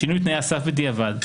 שינוי תנאי הסף בדיעבד,